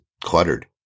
cluttered